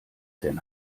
denn